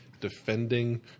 defending